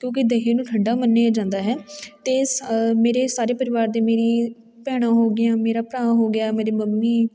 ਕਿਉਂਕਿ ਦਹੀਂ ਨੂੰ ਠੰਡਾ ਮੰਨਿਆ ਜਾਂਦਾ ਹੈ ਅਤੇ ਸ ਮੇਰੇ ਸਾਰੇ ਪਰਿਵਾਰ ਦੇ ਮੇਰੀ ਭੈਣਾਂ ਹੋ ਗਈਆਂ ਮੇਰਾ ਭਰਾ ਹੋ ਗਿਆ ਮੇਰੇ ਮੰਮੀ